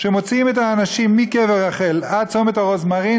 שמוציאים את האנשים מקבר רחל עד צומת רוזמרין,